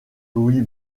louis